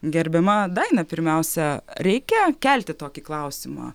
gerbiama daina pirmiausia reikia kelti tokį klausimą